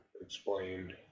explained